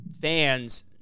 fans